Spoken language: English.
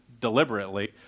deliberately